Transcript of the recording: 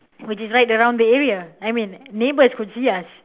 which is right around the area I mean neighbors could see us